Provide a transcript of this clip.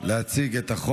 אני הגעתי לפה,